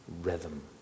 rhythm